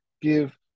give